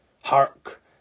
Hark